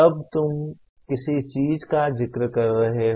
तब तुम किसी चीज का जिक्र कर रहे हो